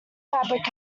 fabric